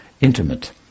intimate